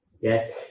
Yes